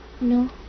No